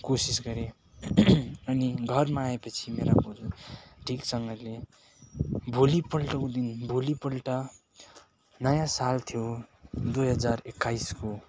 कोसिस गरे अनि घरमा आएपछि मेरो बोजू ठिकसँगले भोलिपल्ट उ दिन भोलिपल्ट नयाँ साल थियो दुई हजार एक्काइसको